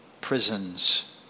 prisons